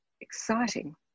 exciting